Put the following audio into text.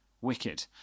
wicked